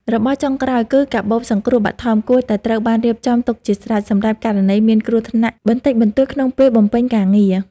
របស់ចុងក្រោយ គឺកាបូបសង្គ្រោះបឋម គួរតែត្រូវបានរៀបចំទុកជាស្រេច សម្រាប់ករណីមានគ្រោះថ្នាក់បន្តិចបន្តួចក្នុងពេលបំពេញការងារ។